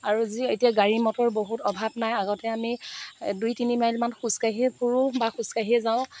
আৰু যি এতিয়া গাড়ী মটৰ বহুত অভাৱ নাই আগতে আমি দুই তিনি মাইলমান খোজকাঢ়িয়ে ফুৰোঁ বা খোজকাঢ়িয়ে যাওঁ